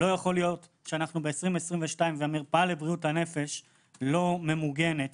לא יכול להיות שאנחנו ב-2022 והמרפאה לבריאות הנפש לא ממוגנת.